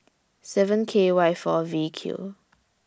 seven K Y four V Q